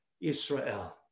Israel